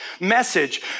message